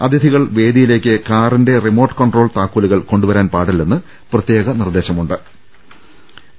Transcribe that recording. അതിഥികൾ വേദിയിലേക്ക് കാറിന്റെ റിമോട്ട് കൺട്രോൾ താക്കോ ലുകൾ കൊണ്ടുവരാൻ പാടില്ലെന്ന് പ്രത്യേക നിർദ്ദേശം നൽകി